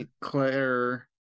Claire